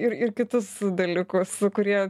ir ir kitus dalykus kurie